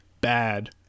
Bad